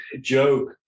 joke